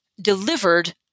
delivered